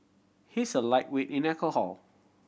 he is a lightweight in alcohol